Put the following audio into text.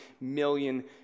million